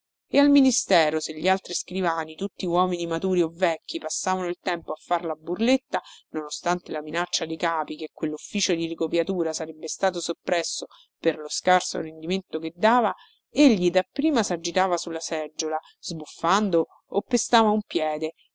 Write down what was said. e al ministero se gli altri scrivani tutti uomini maturi o vecchi passavano il tempo a far la burletta nonostante la minaccia dei capi che quellufficio di ricopiatura sarebbe stato soppresso per lo scarso rendimento che dava egli dapprima sagitava sulla seggiola sbuffando o pestava un piede